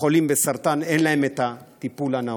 החולים בסרטן, אין להם טיפול נאות.